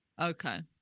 Okay